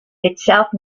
itself